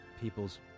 people's